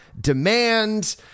demand